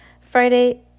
Friday